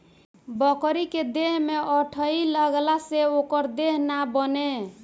बकरी के देह में अठइ लगला से ओकर देह ना बने